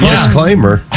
Disclaimer